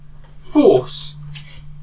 force